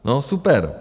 No super.